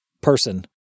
person